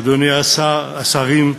רבותי השרים,